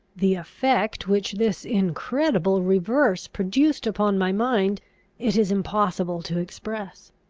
the effect which this incredible reverse produced upon my mind it is impossible to express.